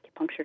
acupuncture